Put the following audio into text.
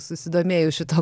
susidomėjus šituo